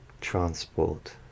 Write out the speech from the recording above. transport